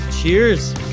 Cheers